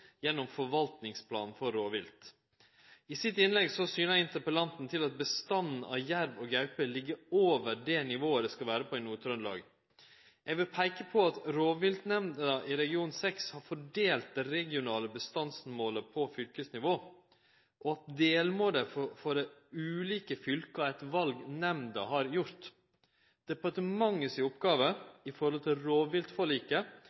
gjennom forvaltningsplanen for rovvilt. I innlegget sitt syner interpellanten til at bestanden av jerv og gaupe ligg over det nivået det skal vere på i Nord-Trøndelag. Eg vil peike på at rovviltnemnda i region 6 har fordelt det regionale bestandsmålet på fylkesnivå, og at delmåla for dei ulike fylka er eit val nemnda har gjort. Departementet si